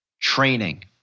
training